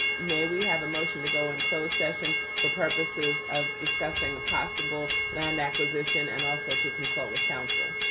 may we have a motion to go in closed session for purposes of discussing a possible land acquisition, and also to consult with counsel?